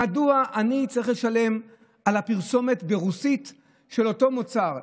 מדוע אני צריך לשלם על הפרסומת ברוסית של אותו מוצר?